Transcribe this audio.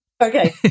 Okay